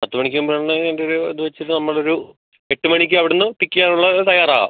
പത്ത് മണിക്ക് പറഞ്ഞ് അതിൻറ്റൊരു ഇത് വെച്ചിട്ട് നമ്മളൊരു എട്ട് മണിക്ക് അവിടുന്ന് പിക്ക് ചെയ്യാനുള്ള തയ്യാറാണ്